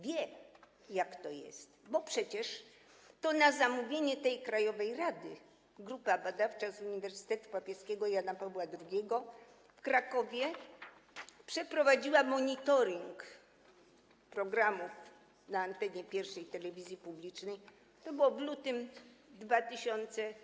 Wie, jak to jest, bo przecież to na zamówienie tej krajowej rady grupa badawcza z Uniwersytetu Papieskiego Jana Pawła II w Krakowie przeprowadziła monitoring programów na antenie TVP 1, telewizji publicznej, to było w lutym 2017